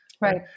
Right